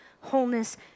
wholeness